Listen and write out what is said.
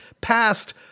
passed